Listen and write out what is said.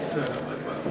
הסתייגות 148, סליחה.